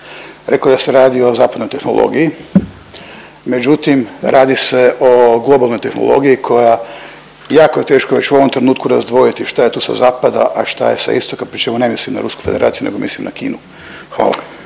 Rekao je da se o radi o zapadnoj tehnologiji, međutim radi se o globalnoj tehnologiji koja jako teško već u ovom trenutku razdvojiti šta je to sa zapada, a šta je istoka, pri čemu ne mislim na Rusku Federaciju nego mislim na Kinu. Hvala.